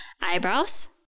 eyebrows